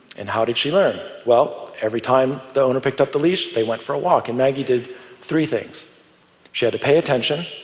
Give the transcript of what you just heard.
and how did she learn? well, every time the owner picked up the leash, they went for a walk. and maggie did three things she had to pay attention,